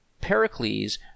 Pericles